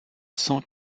cent